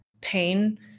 pain